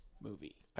movie